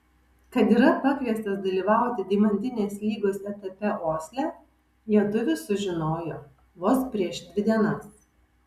kad yra pakviestas dalyvauti deimantinės lygos etape osle lietuvis sužinojo vos prieš dvi dienas